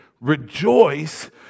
rejoice